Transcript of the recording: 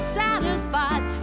satisfies